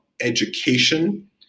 education